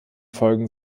folgen